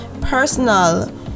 personal